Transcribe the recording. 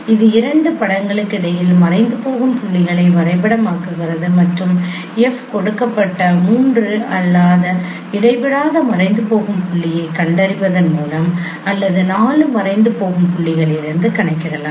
இது இரண்டு படங்களுக்கிடையில் மறைந்துபோகும் புள்ளிகளை வரைபடமாக்குகிறது மற்றும் F கொடுக்கப்பட்ட மூன்று அல்லாத இடைவிடாத மறைந்துபோகும் புள்ளிகளைக் கண்டறிவதன் மூலம் அல்லது 4 மறைந்துபோகும் புள்ளிகளிலிருந்து கணக்கிடலாம்